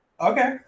Okay